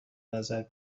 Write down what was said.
نظر